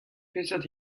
peseurt